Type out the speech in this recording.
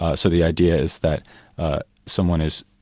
ah so the idea is that someone is,